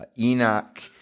Enoch